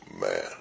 man